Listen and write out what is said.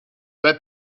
that